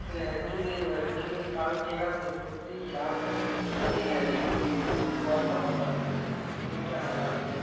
க கிளி வரும் கிளி பழத்தையெல்லாம் வந்து கொத்தி சாப்பிடும் அதையும் எதையும் துரத்த மாட்டோம் நீட்டாக நல்லா இருக்கும்